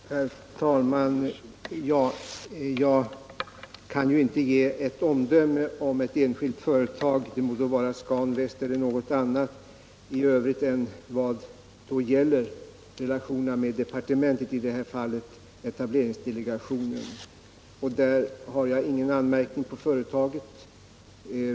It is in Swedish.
Herr talman! Jag kan inte ge något omdöme om ett enskilt företag — det må vara Scan Väst eller något annat — utom vad gäller relationerna till departementet, dvs. i det här fallet etableringsdelegationen. Där har jag ingen anmärkning att rikta mot företaget.